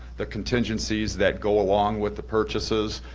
the contingencies that go along with the purchases.